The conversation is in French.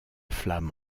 flamme